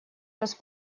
раз